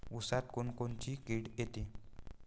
ऊसात कोनकोनची किड येते?